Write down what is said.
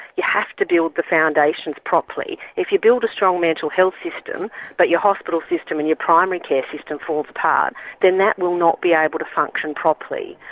you have to deal with the foundations properly. if you build a strong mental health system but your hospital system and your primary care system falls apart then that will not be able to function properly.